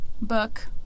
book